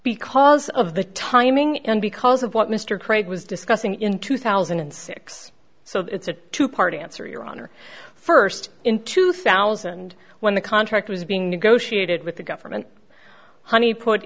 because of the timing and because of what mr craig was discussing in two thousand and six so it's a two party answer your honor first in two thousand when the contract was being negotiated with the government honey put